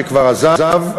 שכבר עזב,